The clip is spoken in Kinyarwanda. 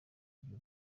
buryo